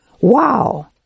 Wow